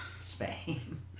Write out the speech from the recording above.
Spain